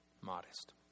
modest